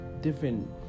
different